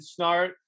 Snart